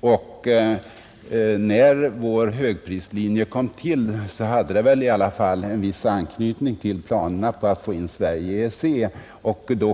och när den svenska högprislinjen kom till hade det väl i alla fall en viss anknytning till planerna på att få in Sverige i EEC.